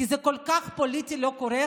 כי זה כל כך לא פוליטיקלי קורקט,